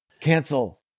cancel